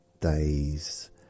days